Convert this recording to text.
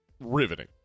riveting